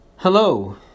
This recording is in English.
Hello